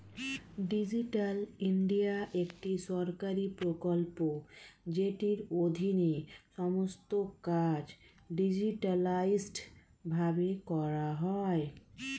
digital India একটি সরকারি প্রকল্প যেটির অধীনে সমস্ত কাজ ডিজিটালাইসড ভাবে করা হয়